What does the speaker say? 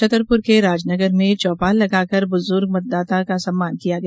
छतरपुर के राजनगर में चौपाल लगाकर बुजुर्ग मतदाता का सम्मान किया गया